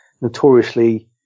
notoriously